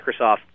Microsoft